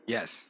Yes